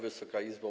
Wysoka Izbo!